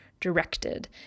directed